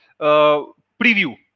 preview